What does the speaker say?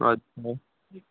हजुर सर